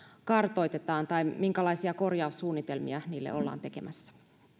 kartoitetaan tai minkälaisia korjaussuunnitelmia niille ollaan tekemässä